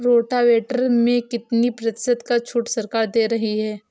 Rotavator में कितनी प्रतिशत का छूट सरकार दे रही है?